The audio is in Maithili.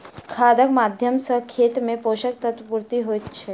खादक माध्यम सॅ खेत मे पोषक तत्वक पूर्ति होइत छै